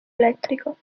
elettrico